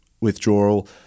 withdrawal